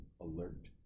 alert